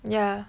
yeah